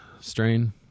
strain